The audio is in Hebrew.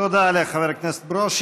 תודה לחבר הכנסת ברושי.